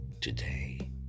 today